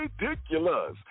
Ridiculous –